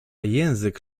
język